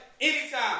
anytime